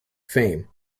fame